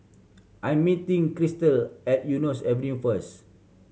I am meeting Christel at Eunos Avenue first